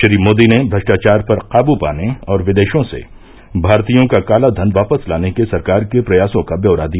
श्री मोदी ने भ्रष्टाचार पर काबू पार्न और विदेशों से भारतीयों का काला धन वापस लाने के सरकार के प्रयासों का ब्यौरा दिया